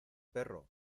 perro